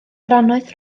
drannoeth